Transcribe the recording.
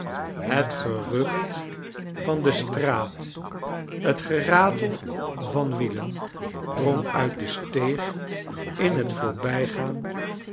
het gerucht van de straat het geratel van wielen drong uit de steeg in het voorbijgaan